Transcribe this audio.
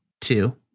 two